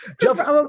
Jeff